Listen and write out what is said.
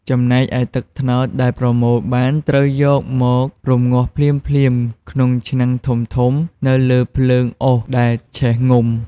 ចំណែកឯ ទឹកត្នោតដែលប្រមូលបានត្រូវយកមករំងាស់ភ្លាមៗក្នុងឆ្នាំងធំៗនៅលើភ្លើងអុសដែលឆេះងំ។